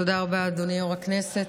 תודה רבה, אדוני יושב-ראש הכנסת.